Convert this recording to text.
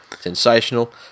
sensational